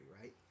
right